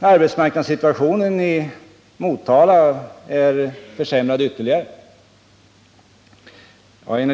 arbetsmarknadssituationen i Motala har försämrats ytterligare.